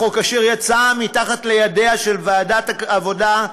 החוק אשר יצא מתחת לידיה של ועדת העבודה,